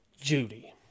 Judy